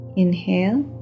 inhale